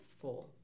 four